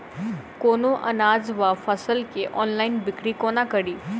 कोनों अनाज वा फसल केँ ऑनलाइन बिक्री कोना कड़ी?